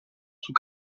sous